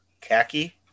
khaki